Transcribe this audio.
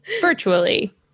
virtually